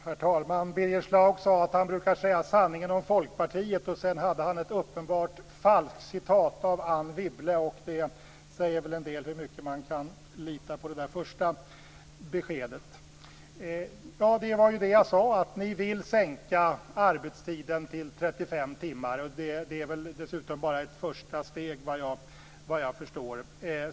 Herr talman! Birger Schlaug sade att han brukar säga sanningen om Folkpartiet men sedan hade han uppenbart ett falskt citat av Anne Wibble. Det säger väl en del om hur mycket man kan lita på det första beskedet. Ja, det var ju det jag sade. Ni vill sänka arbetstiden till 35 timmar. Det är dessutom bara ett första steg, såvitt jag förstår.